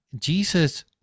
jesus